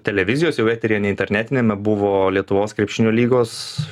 televizijos jau eteryje ne internetiniame buvo lietuvos krepšinio lygos